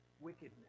Wickedness